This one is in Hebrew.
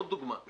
עוד דוגמה.